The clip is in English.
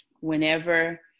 whenever